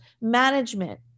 management